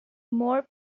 more